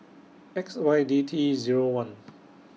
X Y D T Zero one